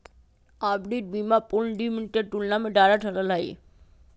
आवधिक बीमा पूर्ण जीवन के तुलना में ज्यादा सरल हई